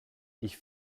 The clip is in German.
ich